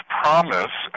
promise